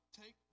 take